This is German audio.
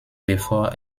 bevor